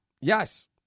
Yes